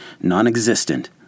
non-existent